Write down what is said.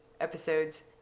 episodes